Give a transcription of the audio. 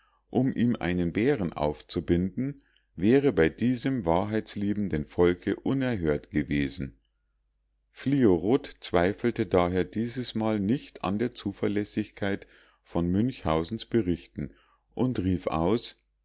um ihm einen bären aufzubinden wäre bei diesem wahrheitsliebenden volke unerhört gewesen fliorot zweifelte daher diesesmal nicht an der zuverlässigkeit von münchhausens berichten und rief aus